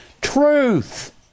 truth